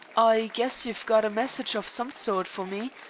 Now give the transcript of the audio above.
i guess you've got a message of some sort for me,